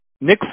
Nick